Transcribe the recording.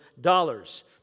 dollars